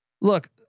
look